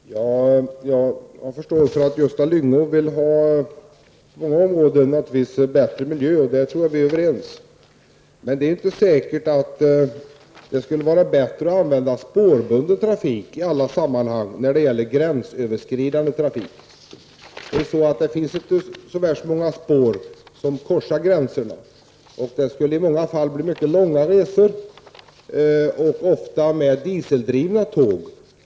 Herr talman! Jag har förståelse för att Gösta Lyngå på många områden vill ha bättre miljö. Om det är vi överens. Men det är inte säkert att det i alla sammanhang skulle vara bättre att använda spårbunden trafik när det gäller gränsöverskridande trafik. Det finns inte så värst många spår som korsar gränserna. Det skulle i många fall bli mycket långa resor, ofta med dieseldrivna tåg.